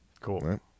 Cool